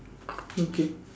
okay